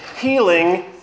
healing